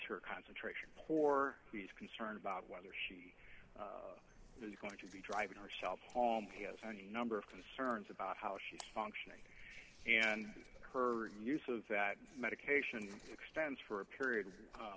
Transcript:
sure concentration for he's concerned about whether she is going to be driving herself home he has any number of concerns about how she is functioning and her use of that medication extends for a period